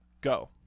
go